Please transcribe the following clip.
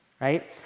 right